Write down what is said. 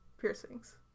piercings